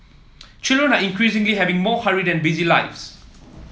children are increasingly having more hurried and busy lives